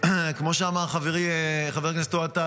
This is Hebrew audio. כמו שאמר חברי חבר הכנסת אוהד טל,